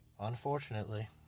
Unfortunately